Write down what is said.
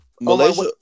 Malaysia